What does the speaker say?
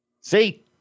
See